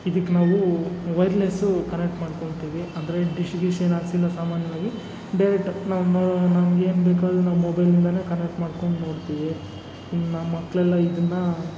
ಇದಕ್ಕೆ ನಾವು wireless connect ಮಾಡ್ಕೊತಿವಿ ಅಂದರೆ ಡಿಶ್ ಗಿಶ್ ಏನು ಹಾಕ್ಸಿಲ್ಲ ಸಾಮಾನ್ಯವಾಗಿ ಡೈರೆಟ್ಟ ನಮ್ಗೇನು ಬೇಕು ಅದನ್ನು ಮೊಬೈಲ್ನಿಂದನೇ ಕನೆಕ್ಟ್ ಮಾಡ್ಕೊಂಡು ನೋಡ್ತೀವಿ ಇನ್ನು ಮಕ್ಕಳೆಲ್ಲ ಇದನ್ನು